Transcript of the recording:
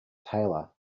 taylor